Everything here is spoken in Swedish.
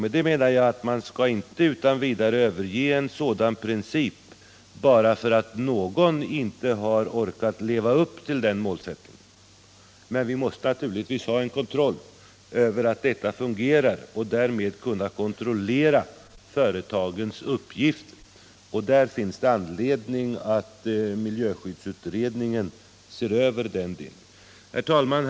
Därför menar jag att man inte utan vidare skall överge en sådan princip bara för att någon inte har orkat leva upp till den målsättningen. Men vi måste naturligtvis ha en kontroll på att detta fungerar — vi måste kunna kontrollera företagens uppgifter. Därför finns det anledning för miljöskyddsutredningen att se över den delen. Herr talman!